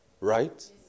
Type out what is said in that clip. Right